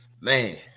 Man